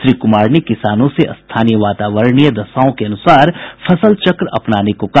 श्री कुमार ने किसानों से स्थानीय वातावरणीय दशाओं के अनुसार फसल चक्र अपनाने को कहा